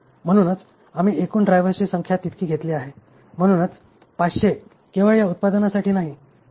म्हणूनच आम्ही एकूण ड्रायव्हर्सची संख्या तितकी घेतली आहे म्हणूनच 500 केवळ या उत्पादनासाठी नाहीत